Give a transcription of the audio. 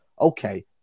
okay